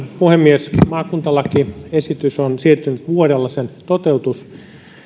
puhemies maakuntalakiesityksen toteutus on siirtynyt vuodella